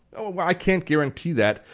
so ah i can't guarantee that.